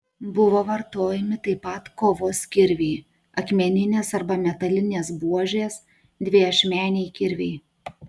buvo vartojami taip pat kovos kirviai akmeninės arba metalinės buožės dviašmeniai kirviai